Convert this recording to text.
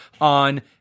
on